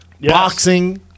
boxing